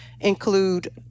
include